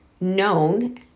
known